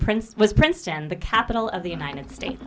prince was princeton the capital of the united states